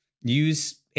use